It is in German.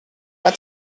war